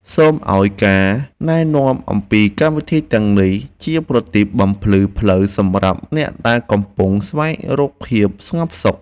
សូមឱ្យការណែនាំអំពីកម្មវិធីទាំងនេះជាប្រទីបបំភ្លឺផ្លូវសម្រាប់អ្នកដែលកំពុងស្វែងរកភាពស្ងប់សុខ។